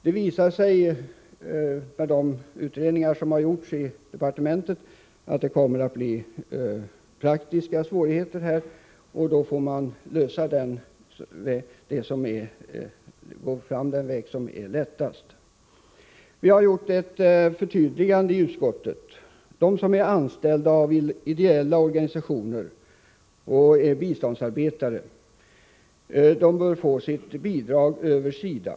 Det visar sig genom de utredningar som har gjorts i departementet att det kan komma att bli praktiska svårigheter, och då får man gå fram den väg som är enklast. Vi har gjort ett förtydligande i utskottet. De som är anställda av ideella organisationer och är biståndsarbetare bör få sitt bidrag över SIDA.